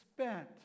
spent